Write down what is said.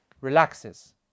relaxes